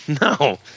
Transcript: No